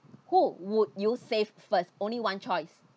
who would you save first only one choice